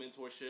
mentorship